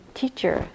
teacher